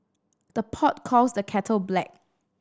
the pot calls the kettle black